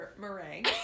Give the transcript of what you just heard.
Meringue